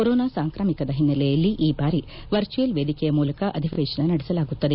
corona ಸಾಂಕ್ರಾಮಿಕರ ಹಿನ್ನೆಲೆಯಲ್ಲಿ ಈ ಬಾರಿ ವರ್ಚುವಲ್ ವೇದಿಕೆಯ ಮೂಲಕ ಅಧಿವೇಶನ ನಡೆಸಲಾಗುತ್ತದೆ